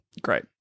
Great